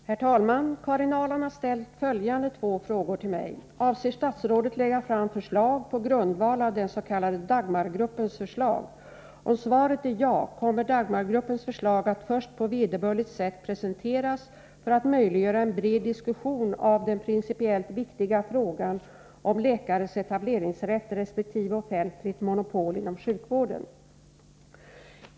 Herr talman! Karin Ahrland har ställt följande två frågor till mig. Avser statsrådet lägga fram förslag på grundval av den s.k. Dagmargruppens förslag? Om svaret är ja, kommer Dagmargruppens förslag att först på vederbörligt sätt presenteras för att möjliggöra en bred diskussion av den principiellt viktiga frågan om läkares etableringsrätt resp. offentligt monopol inom sjukvården?